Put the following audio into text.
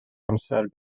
amser